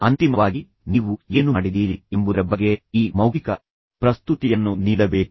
ಅಂತಿಮವಾಗಿ ನೀವು ಏನು ಮಾಡಿದ್ದೀರಿ ಎಂಬುದರ ಬಗ್ಗೆ ಈ ಮೌಖಿಕ ಪ್ರಸ್ತುತಿಯನ್ನು ನೀಡಬೇಕು